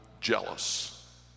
jealous